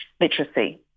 literacy